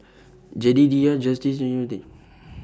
Jedidiah Justice